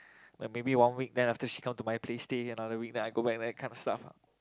like maybe one week then after she come to my place stay another week then I go back that kind of stuff lah